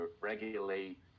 regulate